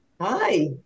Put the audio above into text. Hi